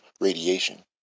radiation